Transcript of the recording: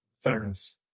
fairness